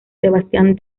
sebastián